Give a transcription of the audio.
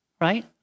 Right